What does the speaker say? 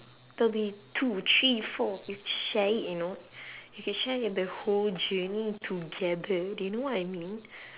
there'll be two three four we could share it you know you could share in the whole journey together do you know what I mean